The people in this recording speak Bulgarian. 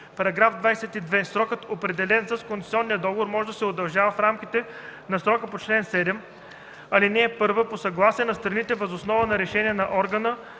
и 23: „§ 22. Срокът, определен с концесионния договор, може да се удължава в рамките на срока по чл. 7, ал. 1 по съгласие на страните въз основа на решение на органа,